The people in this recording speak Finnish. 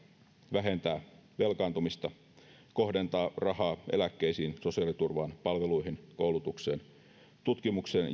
vähentää velkaantumista kohdentaa rahaa eläkkeisiin sosiaaliturvaan palveluihin koulutukseen tutkimukseen